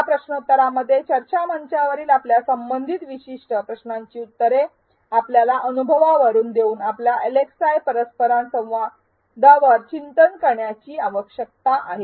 या प्रश्नोत्तरामध्ये चर्चामंचावरील आपल्याला संबंधित विशिष्ट प्रश्नांची उत्तरे आपल्या अनुभवावरून देऊन आपल्या एलएक्सआय परस्परसंवादांवर चिंतन करण्याची आवश्यकता आहे